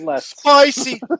Spicy